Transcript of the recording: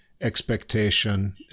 expectation